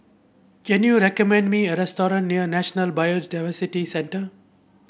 can you recommend me a restaurant near National Biodiversity Centre